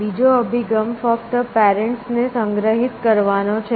બીજો અભિગમ ફક્ત પેરેન્ટ્સ ને સંગ્રહિત કરવાનો છે